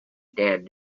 dead